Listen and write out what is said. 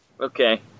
Okay